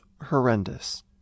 horrendous